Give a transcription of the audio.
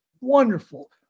wonderful